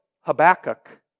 Habakkuk